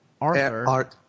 Arthur